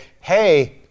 hey